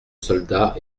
soldat